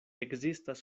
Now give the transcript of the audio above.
ekzistas